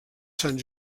sant